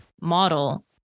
model